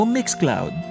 Mixcloud